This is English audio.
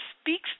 speaks